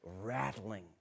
rattling